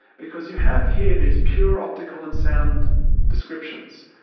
because you have here these pure optical and sound descriptions.